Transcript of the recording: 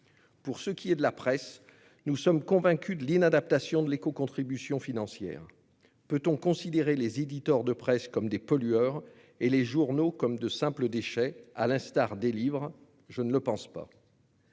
Pour ce qui est de la presse, nous sommes convaincus de l'inadaptation de l'écocontribution financière. Peut-on considérer les éditeurs de presse comme des pollueurs et les journaux comme de simples déchets ? Je ne le pense pas